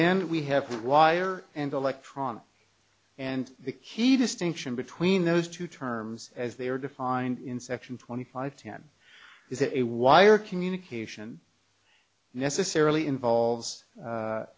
then we have wire and electronic and the key distinction between those two terms as they are defined in section twenty five ten is a wire communication necessarily involves